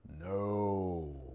No